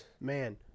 man